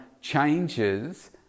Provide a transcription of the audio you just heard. changes